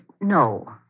no